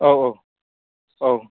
औ औ औ